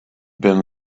been